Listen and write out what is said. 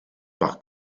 par